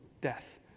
death